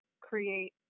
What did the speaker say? create